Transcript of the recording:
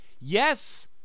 yes